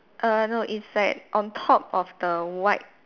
err no it's like on top of the white